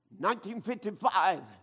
1955